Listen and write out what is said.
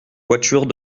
voitures